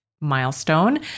milestone